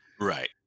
Right